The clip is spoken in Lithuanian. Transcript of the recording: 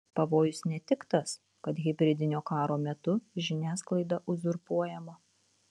pavojus ne tik tas kad hibridinio karo metu žiniasklaida uzurpuojama